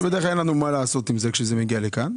כשבדרך כלל אין לנו מה לעשות עם זה כשזה מגיע לכאן.